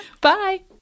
Bye